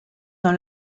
dans